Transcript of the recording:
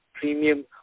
premium